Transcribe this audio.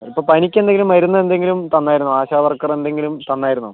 ഇപ്പോൾ പനിക്കെന്തെങ്കിലും മരുന്നെന്തെങ്കിലും തന്നിരുന്നോ ആശാ വർക്കറ് എന്തെങ്കിലും തന്നിരുന്നോ